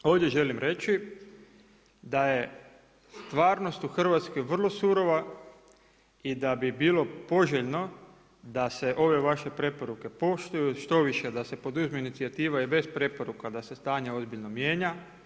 Dakle, ovdje želim reći da je stvarnost u Hrvatskoj vrlo surova i da bi bilo poželjno da se ove vaše preporuke poštuju, štoviše, da se poduzme inicijativa i bez preporuka da se stanje ozbiljno mijenja.